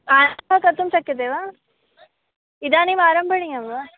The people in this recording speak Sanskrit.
हा तथा कर्तुं शक्यते वा इदानीम् आरम्भणीयं वा